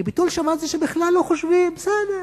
כי ביטול שבת זה שבכלל לא חושבים, בסדר,